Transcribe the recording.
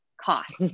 costs